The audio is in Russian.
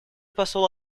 посол